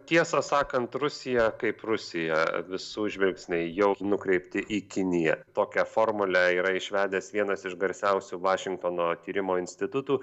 tiesą sakant rusija kaip rusija visų žvilgsniai jau nukreipti į kiniją tokią formulę yra išvedęs vienas iš garsiausių vašingtono tyrimo institutų